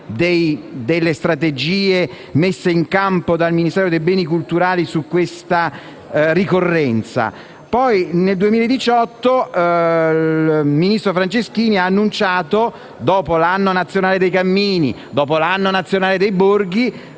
delle strategie messe in campo dal Ministero dei beni culturali per questa ricorrenza. Nel 2018, inoltre, il ministro Franceschini ha annunciato, dopo l'anno nazionale dei cammini e dopo l'anno nazionale dei borghi,